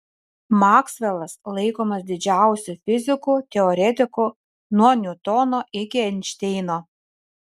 maksvelas laikomas didžiausiu fiziku teoretiku nuo niutono iki einšteino